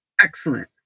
Excellent